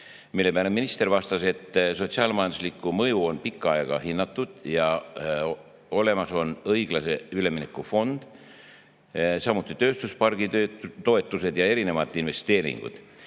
Selle peale minister vastas, et sotsiaal-majanduslikku mõju on pikka aega hinnatud ja olemas on õiglase ülemineku fond, samuti tööstuspargi toetused ja erinevad investeeringud.